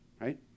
right